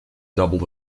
double